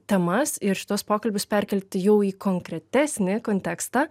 temas ir šituos pokalbius perkelti jau į konkretesnį kontekstą